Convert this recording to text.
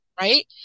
right